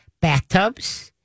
bathtubs